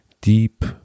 deep